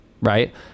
right